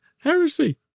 Heresy